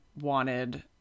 wanted